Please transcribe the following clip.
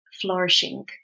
flourishing